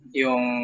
yung